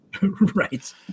Right